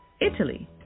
Italy